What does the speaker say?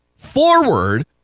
forward